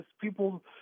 People